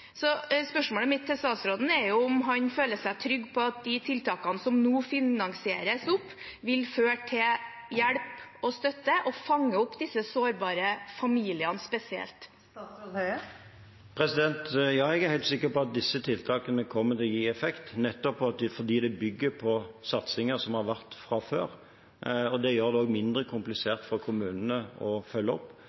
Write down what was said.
Spørsmålet mitt til statsråden er om han føler seg trygg på at de tiltakene som nå finansieres opp, vil føre til hjelp og støtte og fange opp spesielt disse sårbare familiene. Ja, jeg er helt sikker på at disse tiltakene kommer til å gi effekt, nettopp fordi det bygger på satsinger som har vært der fra før, og det gjør det også mindre komplisert for kommunene å følge opp.